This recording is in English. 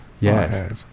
Yes